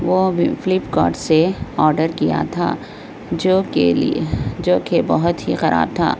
وہ بھی فلپکارٹ سے آڈر کیا تھا جو کہ جو کہ بہت ہی خراب تھا